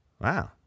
Wow